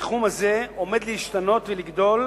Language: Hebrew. בתחום הזה עומד להשתנות ולגדול,